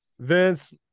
Vince